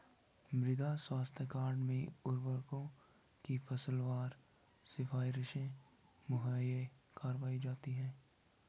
मृदा स्वास्थ्य कार्ड में उर्वरकों की फसलवार सिफारिशें मुहैया कराई जाती है